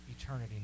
eternity